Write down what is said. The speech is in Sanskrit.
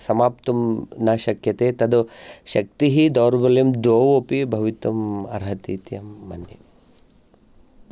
समाप्तुं न शक्यते तद् शक्तिः दौर्बल्यं द्वौ अपि भवितुम् अर्हति इति अहं मन्ये